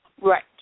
Right